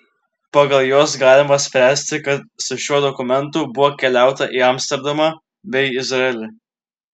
pagal juos galima spręsti kad su šiuo dokumentu buvo keliauta į amsterdamą bei izraelį